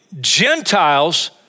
Gentiles